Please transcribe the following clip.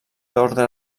orde